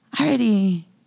already